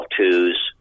twos